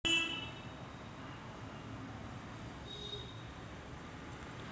अर्जाच्या स्थितीचा मागोवा घेतल्यावर, खाते उघडण्यात समस्या असल्याचे आढळून येते